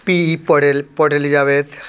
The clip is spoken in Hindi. पडेलिजाबेथ